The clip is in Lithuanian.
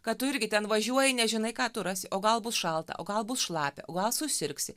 kad tu irgi ten važiuoji nežinai ką tu rasi o gal bus šalta o gal bus šlapia o gal susirgsi